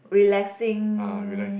relaxing